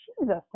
Jesus